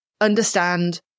understand